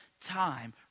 time